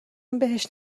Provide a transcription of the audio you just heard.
بهش